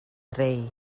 rei